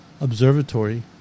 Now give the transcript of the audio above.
observatory